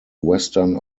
western